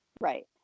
Right